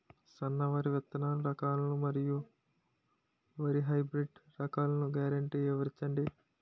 సన్న వరి విత్తనాలు రకాలను మరియు వరి హైబ్రిడ్ రకాలను గ్యారంటీ వివరించండి?